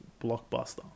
blockbuster